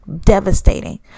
devastating